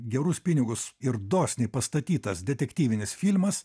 gerus pinigus ir dosniai pastatytas detektyvinis filmas